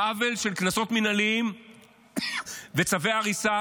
העוול של קנסות מינהליים וצווי הריסה